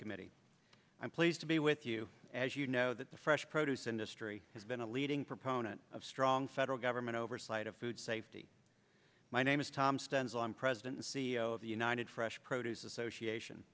subcommittee i'm pleased to be with you as you know that the fresh produce industry has been a leading proponent of strong federal government oversight of food safety my name is tom stands on president and c e o of the united fresh produce association